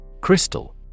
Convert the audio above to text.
Crystal